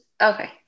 Okay